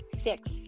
six